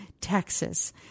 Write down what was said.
Texas